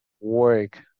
work